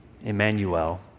Emmanuel